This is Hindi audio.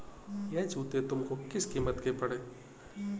यह जूते तुमको किस कीमत के पड़े?